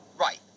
Right